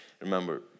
Remember